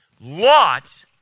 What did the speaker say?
Lot